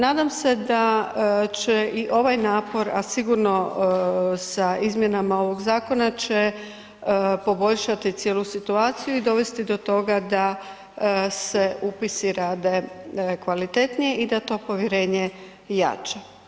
Nadam se da će i ovaj napora sigurno sa izmjenama ovog zakona će poboljšati cijelu situaciju i dovesti do toga da se upisi rade kvalitetnije i da to povjerenje jača.